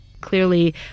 Clearly